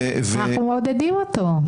אנחנו מעודדים אותו.